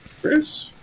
Chris